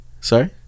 Sorry